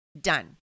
done